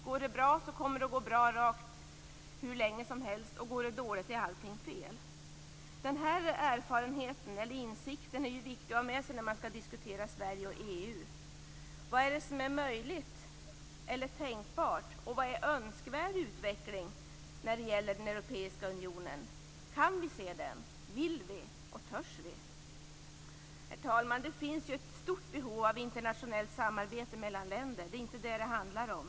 Går det bra, kommer det att gå bra hur länge som helst. Går det dåligt, är allting fel. Den insikten är viktig att ha med sig när man skall diskutera Sverige och EU. Vad är det som är möjligt eller tänkbart? Vad är en önskvärd utveckling i den europeiska unionen? Kan vi se den? Vill vi, och törs vi? Herr talman! Det finns ett stort behov av internationellt samarbete mellan länder. Men det är inte det det hela handlar om.